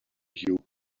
you